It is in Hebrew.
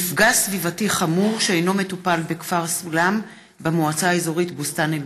מפגע סביבתי חמור שאינו מטופל בכפר סולם במועצה האזורית בוסתאן אל-מרג'.